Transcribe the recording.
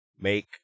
make